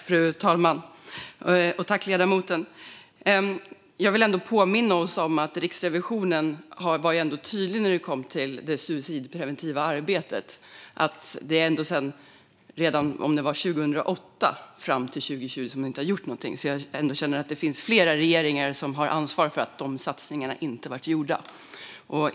Fru talman! Jag vill påminna om att Riksrevisionen var tydlig i fråga om det suicidpreventiva arbetet. Det är ända sedan 2008 och fram till 2020 som det inte har gjorts någonting, så jag känner att det finns flera regeringar som har ansvar för att de satsningarna inte blivit gjorda.